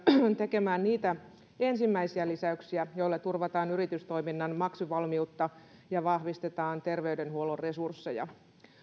tekemään niitä ensimmäisiä lisäyksiä joilla turvataan yritystoiminnan maksuvalmiutta ja vahvistetaan terveydenhuollon resursseja